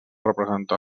representar